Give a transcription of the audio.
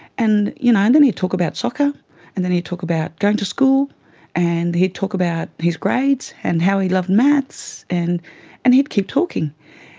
and you know and then he'd talk about soccer and then he'd talk about going to school and he'd talk about his grades and how he loved maths and and he'd keep talking.